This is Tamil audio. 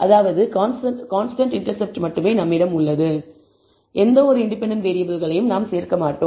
அதாவது கான்ஸ்டன்ட் இண்டெர்செப்ட் மட்டுமே நம்மிடம் உள்ளது அதாவது எந்தவொரு இண்டிபெண்டன்ட் வேறியபிள்களையும் நாம் சேர்க்க மாட்டோம்